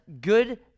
good